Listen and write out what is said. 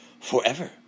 forever